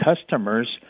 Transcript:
customers